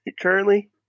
Currently